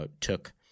took